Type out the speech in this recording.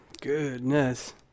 Goodness